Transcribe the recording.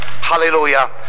hallelujah